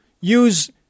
use